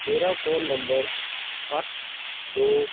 ਮੇਰਾ phone number ਅੱਠ ਦੋ